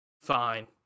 fine